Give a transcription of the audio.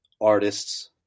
artists